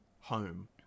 Home